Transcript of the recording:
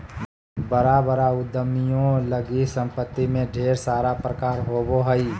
बड़ा बड़ा उद्यमियों लगी सम्पत्ति में ढेर सारा प्रकार होबो हइ